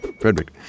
Frederick